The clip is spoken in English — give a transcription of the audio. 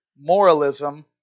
moralism